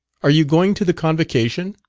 are you going to the convocation?